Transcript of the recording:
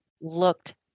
looked